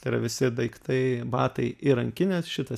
tai yra visi daiktai batai ir rankinės šito